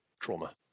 trauma